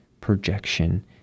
projection